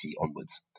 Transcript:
onwards